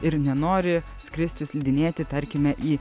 ir nenori skristi slidinėti tarkime į